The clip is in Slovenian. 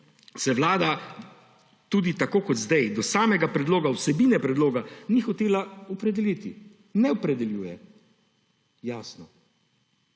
se Vlada – tudi tako kot zdaj – do samega predloga, vsebine predloga ni hotela opredeliti. Ne opredeljuje se! Jasno,